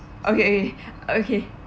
okay okay